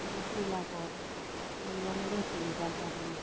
ओमफ्राय द्रिल आगर इफोरखो इयावनो रोंफैनाय जादों आरो आं